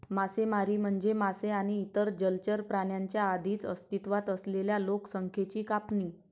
मासेमारी म्हणजे मासे आणि इतर जलचर प्राण्यांच्या आधीच अस्तित्वात असलेल्या लोकसंख्येची कापणी